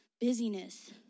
busyness